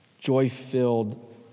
joy-filled